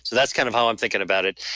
so that's kind of how i'm thinking about it.